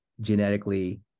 genetically